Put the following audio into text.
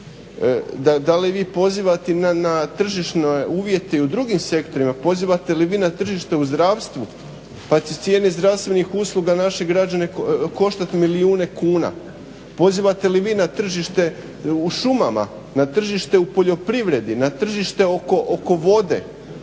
Da li vi pozivate na tržišne uvjete i u drugim sektorima? Pozivate li vi na tržište u zdravstvu pa će cijene zdravstvenih usluga naše građane koštati milijune kuna. Pozivate li vi na tržište u šumama, na tržište u poljoprivredi, na tržište oko vode,